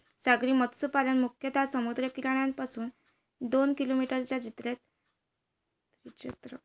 सागरी मत्स्यपालन मुख्यतः समुद्र किनाऱ्यापासून दोन किलोमीटरच्या त्रिज्येत केले जाते